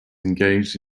engaged